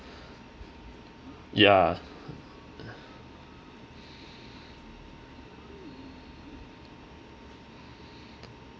ya